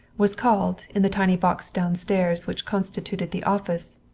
was called, in the tiny box downstairs which constituted the office,